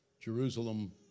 Jerusalem